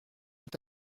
est